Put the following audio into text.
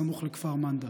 סמוך לכפר מנדא.